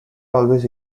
always